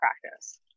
practice